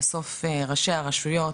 בסוף ראשי הרשויות,